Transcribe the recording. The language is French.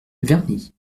verny